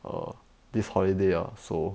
err this holiday ah so